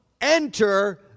enter